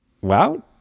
Wow